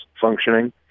functioning